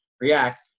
react